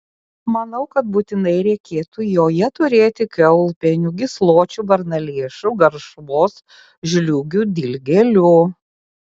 manau kad būtinai reikėtų joje turėti kiaulpienių gysločių varnalėšų garšvos žliūgių dilgėlių